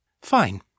Fine